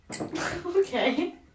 Okay